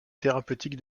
thérapeutiques